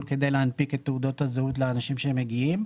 כדי להנפיק את תעודות הזהות לאנשים שמגיעים,